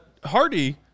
Hardy